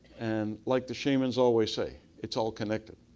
and like the shamans always say, it's all connected.